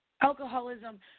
alcoholism